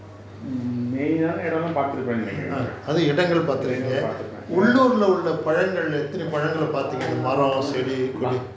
main ஆனா இடமெல்லாம் பாதிப்புனு நினைக்கிறன் இடங்கள் பாத்திருப்பேன்:ana idamellam pathipunu ninaikuraen idangal paathirupaen ah